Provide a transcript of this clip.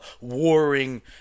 warring